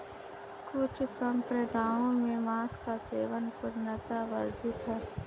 कुछ सम्प्रदायों में मांस का सेवन पूर्णतः वर्जित है